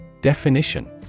Definition